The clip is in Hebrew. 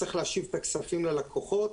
צריך להשיב את הכספים ללקוחות.